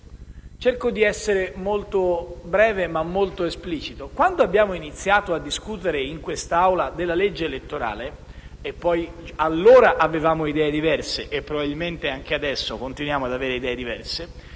Cerco di essere molto breve ed esplicito. Quando abbiamo iniziato a discutere in questa Assemblea la legge elettorale - allora avevamo idee diverse e probabilmente anche adesso continuiamo ad averle -